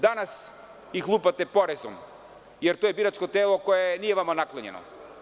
Danas ih lupate porezom, jer to je biračko telo koje nije vama naklonjeno.